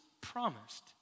promised